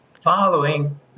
following